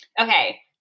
okay